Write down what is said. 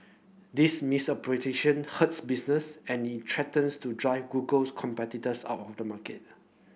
this business and it threatens to drive Google's competitors out of the market